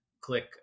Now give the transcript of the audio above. click